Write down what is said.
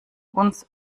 uns